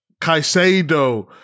Caicedo